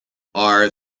our